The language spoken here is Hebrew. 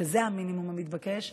שזה המינימום המתבקש,